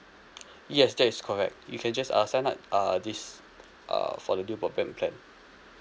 yes that is correct you can just uh sign up err this err for the new broadband plan